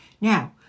now